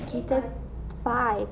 kita five